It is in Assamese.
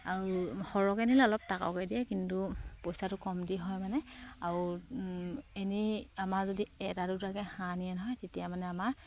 আৰু সৰহকে নিলে অলপ টাকৰকে দিয়ে কিন্তু পইচাটো কমটি হয় মানে আও এনেই আমাৰ যদি এটা দুটাকে হাঁহ নিয়ে নহয় তেতিয়া মানে আমাৰ